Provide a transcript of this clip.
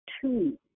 two